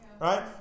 right